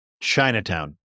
Chinatown